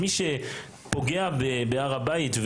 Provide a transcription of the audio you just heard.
מי שפוגע בהר הבית,